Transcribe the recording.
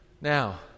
Now